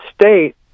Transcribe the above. state